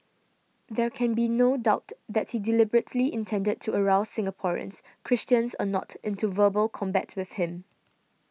there can be no doubt that he deliberately intended to arouse Singaporeans Christians or not into verbal combat with him